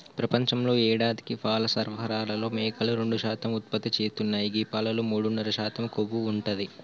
ప్రపంచంలో యేడాదికి పాల సరఫరాలో మేకలు రెండు శాతం ఉత్పత్తి చేస్తున్నాయి గీ పాలలో మూడున్నర శాతం కొవ్వు ఉంటది